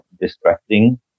distracting